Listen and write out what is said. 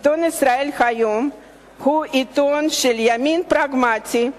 העיתון "ישראל היום" הוא עיתון של ימין פרגמטי,